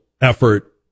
effort